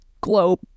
globe